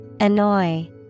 Annoy